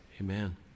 amen